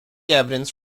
evidence